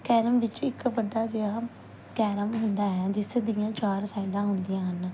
carrom ਵਿੱਚ ਇੱਕ ਵੱਡਾ ਜਿਹਾ ਕੈਰਮ ਹੁੰਦਾ ਹੈ ਜਿਸ ਦੀਆਂ ਚਾਰ ਸਾਈਡਾਂ ਹੁੰਦੀਆਂ ਹਨ